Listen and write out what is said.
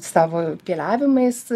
savo keliavimais